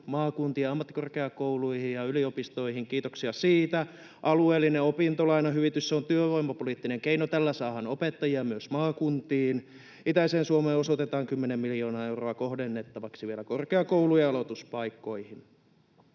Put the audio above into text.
maakuntien ammattikorkeakouluihin ja yliopistoihin — kiitoksia siitä. Alueellinen opintolainahyvitys on työvoimapoliittinen keino, jolla saadaan opettajia myös maakuntiin. Itäiseen Suomeen osoitetaan 10 miljoonaa euroa kohdennettavaksi vielä korkeakoulujen aloituspaikkoihin.